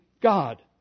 God